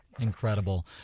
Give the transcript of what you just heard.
Incredible